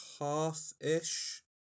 half-ish